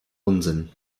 unsinn